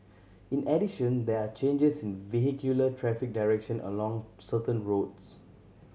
in addition there are changes in vehicular traffic direction along certain roads